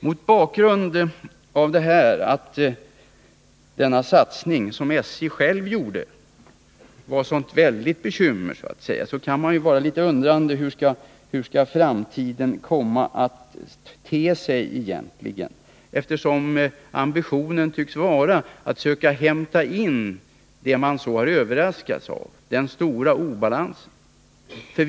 Mot bakgrund av att lågprissatsningen, som SJ själv gjorde, var ett sådant väldigt stort bekymmer kan man ställa sig litet undrande till hur framtiden egentligen kommer att te sig, eftersom ambitionen tycks vara att söka hämta in den stora obalans som man så har överraskats av.